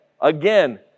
again